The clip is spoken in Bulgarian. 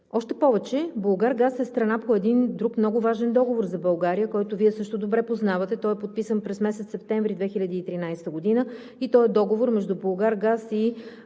Още повече „Булгаргаз“ е страна по един друг много важен договор за България, който Вие също добре познавате. Той е подписан през месец септември 2013 г. и е договор между „Булгаргаз“ и